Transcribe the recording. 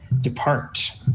depart